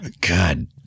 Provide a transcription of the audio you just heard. God